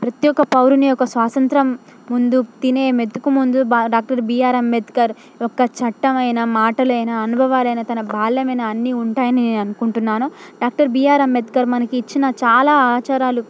ప్రతీ ఒక్క పౌరుని యొక్క స్వాతంత్రం ముందు తినే మెతుకు ముందు బా డాక్టర్ బీఆర్ అంబేద్కర్ ఒక్క చట్టం అయినా మాటలు అయినా అనుభవాలు అయినా తన బాల్యం అయినా అన్నీ ఉంటాయని నేను అనుకుంటున్నాను డాక్టర్ బీఆర్ అంబేద్కర్ మనకి ఇచ్చిన చాలా ఆచారాలు